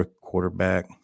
quarterback